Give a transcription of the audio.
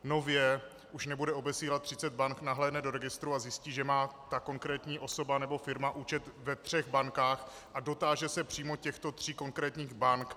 Nově už nebude obesílat třicet bank, nahlédne do registru a zjistí, že má ta konkrétní osoba nebo firma účet ve třech bankách a dotáže se přímo těchto tří konkrétních bank.